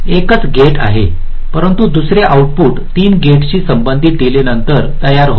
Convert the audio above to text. एकच गेट आहे परंतु दुसरे आउटपुट 3 गेट्सशी संबंधित डीलेनंतर तयार होते